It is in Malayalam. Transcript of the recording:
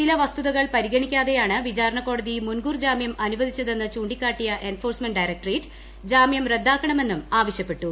ചില വസ്തുതകൾ പ്രിമീഗണ്ണിക്കാതെയാണ് വിചാരണ കോടതി മുൻകൂർ ജാമ്യം അനുവദിച്ചുതെന്റ് ചൂണ്ടിക്കാട്ടിയ എൻഫോഴ്സ്മെന്റ് ഡയറക്ടറേറ്റ് ജാമ്യൂം റദ്ദാക്കണമെന്നും ആവശ്യപ്പെട്ടു